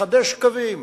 לחדש קווים,